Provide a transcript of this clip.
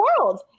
world